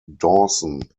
dawson